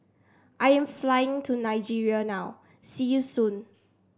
I am flying to Nigeria now see you soon